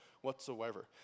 whatsoever